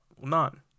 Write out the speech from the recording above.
None